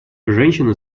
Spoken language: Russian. женщины